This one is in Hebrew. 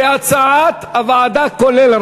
כהצעת הוועדה, כולל.